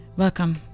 Welcome